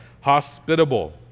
Hospitable